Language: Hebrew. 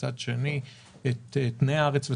ומצד שני את תנאי הארץ ותושביה.